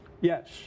yes